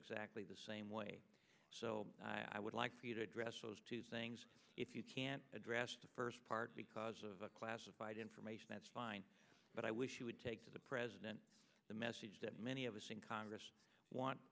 exactly the same way so i would like for you to address those two things if you can't address the first part because of a classified information that's fine but i wish you would take to the president the message that many of us in congress want